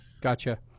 Gotcha